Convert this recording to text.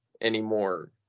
anymore